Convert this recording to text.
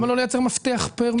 למה לא לייצר מפתח פר מקלט?